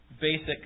basic